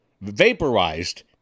vaporized